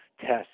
tests